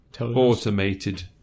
automated